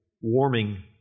warming